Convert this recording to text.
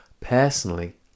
Personally